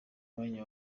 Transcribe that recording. mwanya